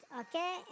okay